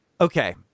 okay